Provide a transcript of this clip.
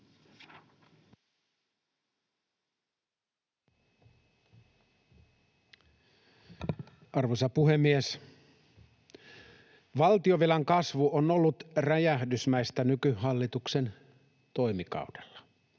Arvoisa puhemies! Valtionvelan kasvu on ollut räjähdysmäistä nykyhallituksen toimikaudella.